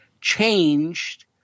changed